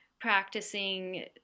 practicing